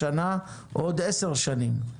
שנה או עוד 10 שנים.